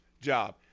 job